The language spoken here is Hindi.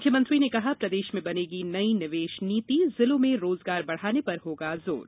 मुख्यमंत्री ने कहा प्रदेश में बनेगी नई निवेश नीति जिलों में रोजगार बढ़ाने पर होगा जोर